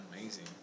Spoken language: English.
amazing